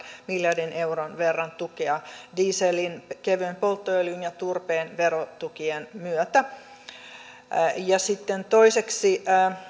miljardin euron verran tukea dieselin kevyen polttoöljyn ja turpeen verotukien myötä sitten toiseksi